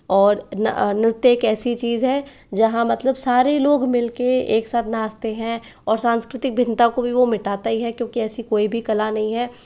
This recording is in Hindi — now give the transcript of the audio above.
और नृत्य एक ऐसी चीज़ है जहाँ मतलब सारे लोग मिल कर एक साथ नाचते हैं और सांस्कृतिक भिन्नता को भी वो मिटाता ही है क्योंकि ऐसी कोई भी कला नहीं है